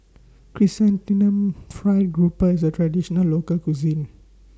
Chrysanthemum Fried Grouper IS A Traditional Local Cuisine